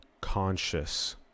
conscious